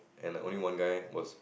and like only one guy was